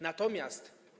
Natomiast.